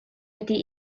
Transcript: wedi